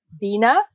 Dina